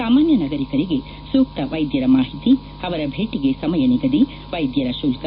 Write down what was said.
ಸಾಮಾನ್ಯ ನಾಗರಿಕರಿಗೆ ಸೂಕ್ತ ವೈದ್ದರ ಮಾಹಿತಿ ಅವರ ಭೇಟಿಗೆ ಸಮಯ ನಿಗದಿ ವೈದ್ದರ ಶುಲ್ತ